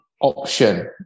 option